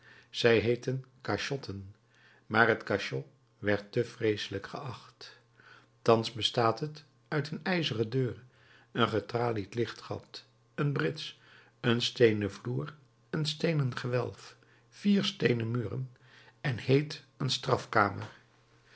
zij heetten cachotten maar het cachot werd te vreeselijk geacht thans bestaat het uit een ijzeren deur een getralied lichtgat een brits een steenen vloer een steenen gewelf vier steenen muren en heet een